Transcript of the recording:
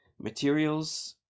materials